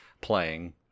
playing